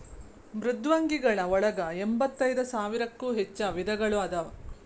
ಮೃದ್ವಂಗಿಗಳ ಒಳಗ ಎಂಬತ್ತೈದ ಸಾವಿರಕ್ಕೂ ಹೆಚ್ಚ ವಿಧಗಳು ಅದಾವ